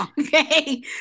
okay